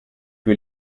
que